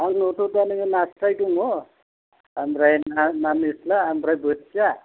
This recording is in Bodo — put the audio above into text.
आंनावथ' दा नोङो नास्राय दङ ओमफ्राय ना ना निस्ला ओमफ्राय बोथिया